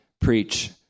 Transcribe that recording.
preach